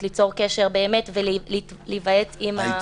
ליצור קשר באמת ולהיוועץ עם הרשות.